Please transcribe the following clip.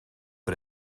but